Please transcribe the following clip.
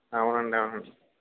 అవునండి అవునండి